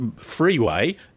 freeway